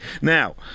Now